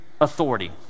Authority